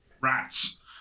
rats